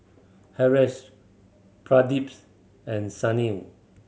Haresh Pradips and Sunil